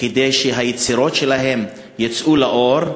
כדי שהיצירות שלהם יצאו לאור?